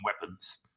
weapons